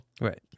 Right